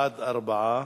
בעד, 4,